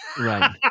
Right